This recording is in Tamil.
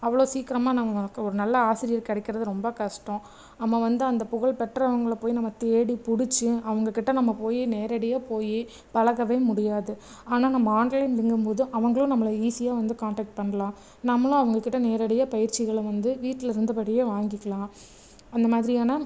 அவ்வளோ சீக்கிரமாக நம்மளுக்கு ஒரு நல்ல ஆசிரியர் கிடைக்குறது ரொம்ப கஷ்டம் நம்ம வந்து அந்த புகழ் பெற்றவங்களை போயி நம்ம தேடி பிடிச்சி அவங்கக்கிட்ட நம்ம போயி நேரடியாக போயி பழகவே முடியாது ஆனால் நம்ம ஆன்லைன் அப்படிங்கும்போது அவங்களும் நம்மளை ஈஸியாக வந்து கான்டேக்ட் பண்ணலாம் நம்மளும் அவங்கக்கிட்ட நேரடியாக பயிற்சிகளை வந்து வீட்டில் இருந்த படியே வாங்கிக்கலாம் அந்த மாதிரியான